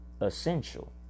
essential